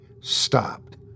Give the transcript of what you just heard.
stopped